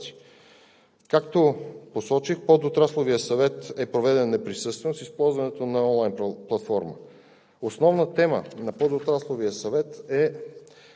Както посочих, Подотрасловият съвет е проведен неприсъствено, с използването на онлайн платформа. Основна тема на Подотрасловия съвет е